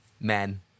men